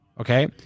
Okay